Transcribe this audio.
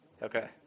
Okay